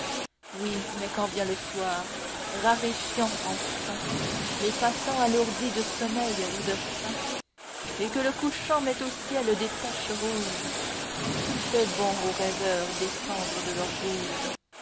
oui mais quand vient le soir raréfiant enfin les passants allourdis de sommeil ou de faim et que le couchant met au ciel des taches rouges qu'il fait bon aux rêveurs descendre de leurs bouges